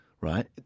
right